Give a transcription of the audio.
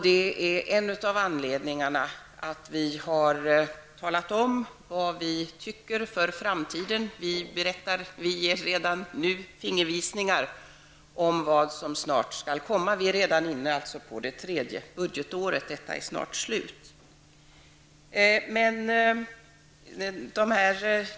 Det är en av anledningarna till att vi moderater har talat om vad vi tycker för framtiden.